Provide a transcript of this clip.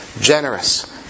Generous